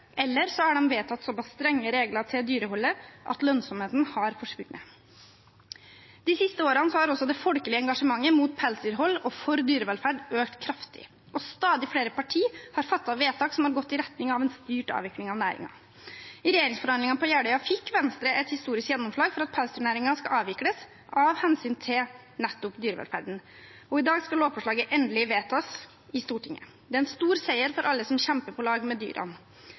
eller de har vedtatt såpass strenge regler for dyreholdet at lønnsomheten er forsvunnet. De siste årene har også det folkelige engasjementet mot pelsdyrhold og for dyrevelferd økt kraftig, og stadig flere partier har fattet vedtak som har gått i retning av en styrt avvikling av næringen. I regjeringsforhandlingene på Jeløya fikk Venstre et historisk gjennomslag for at pelsdyrnæringen skal avvikles, av hensyn til nettopp dyrevelferden, og i dag skal lovforslaget endelig vedtas i Stortinget. Det er en stor seier for alle som kjemper på lag med dyrene.